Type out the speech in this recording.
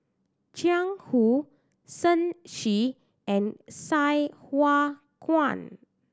Jiang Hu Shen Xi and Sai Hua Kuan